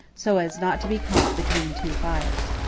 so as not to be caught between two fires.